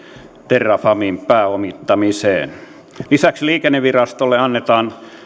terrafamen pääomittamiseen lisäksi liikennevirastolle annetaan